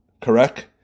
correct